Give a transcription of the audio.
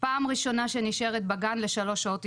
פעם ראשונה שנשארת בגן לשלוש שעות הסתגלות,